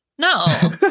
No